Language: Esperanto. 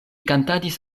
kantadis